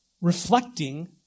reflecting